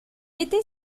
était